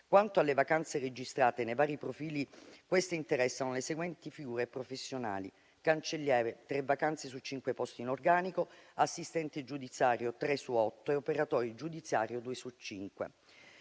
Quanto alle vacanze registrate nei vari profili, queste interessano le seguenti figure professionali: cancelliere, tre vacanze su cinque posti in organico; assistente giudiziario, tre su otto; operatore giudiziario, due